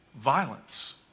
violence